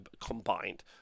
combined